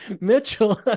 mitchell